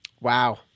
Wow